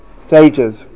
sages